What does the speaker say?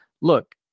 look